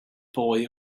boy